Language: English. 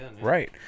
right